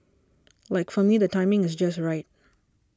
like for me the timing is just right